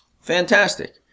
Fantastic